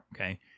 okay